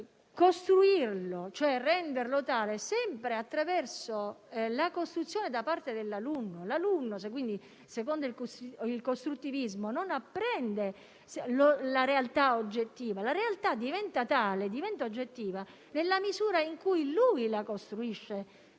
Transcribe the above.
costruirlo, cioè renderlo tale sempre attraverso la costruzione da parte dell'alunno. L'alunno, secondo il costruttivismo, non apprende la realtà oggettiva. La realtà diventa oggettiva nella misura in cui egli la costruisce